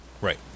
right